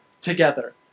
together